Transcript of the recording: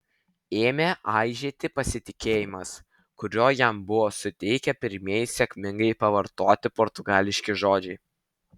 ėmė aižėti pasitikėjimas kurio jam buvo suteikę pirmieji sėkmingai pavartoti portugališki žodžiai